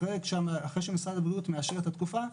אחרי שמשרד הבריאות מאפשר את התקופה,